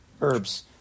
herbs